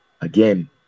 Again